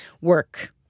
work